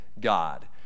God